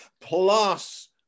plus